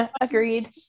Agreed